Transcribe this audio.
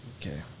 okay